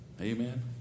Amen